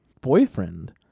boyfriend